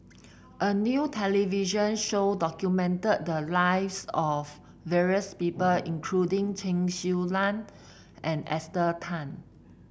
a new television show documented the lives of various people including Chen Su Lan and Esther Tan